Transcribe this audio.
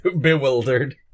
Bewildered